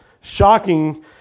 shocking